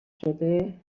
شده